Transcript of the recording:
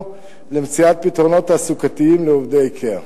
למציאת פתרונות תעסוקתיים לעובדי "איקאה".